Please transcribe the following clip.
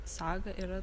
saga yra